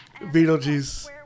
Beetlejuice